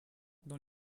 dans